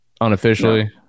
Unofficially